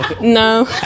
No